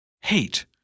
Hate